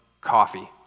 coffee